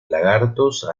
lagartos